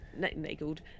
naked